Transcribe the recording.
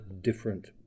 different